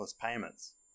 payments